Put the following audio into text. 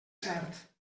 cert